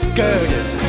girders